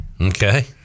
Okay